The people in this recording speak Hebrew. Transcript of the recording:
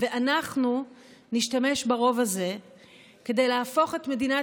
ואנחנו נשתמש ברוב הזה כדי להפוך את מדינת